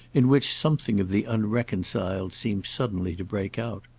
in which something of the unreconciled seemed suddenly to break out.